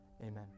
amen